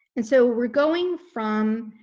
and so we're going from